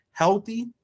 healthy